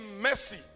mercy